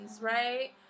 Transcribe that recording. right